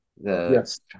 yes